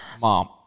Mom